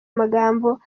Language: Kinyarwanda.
amagambo